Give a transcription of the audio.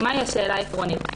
ומה היא השאלה העקרונית?